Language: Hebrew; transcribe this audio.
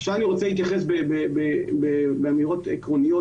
עכשיו אני רוצה להתייחס באמירות עקרוניות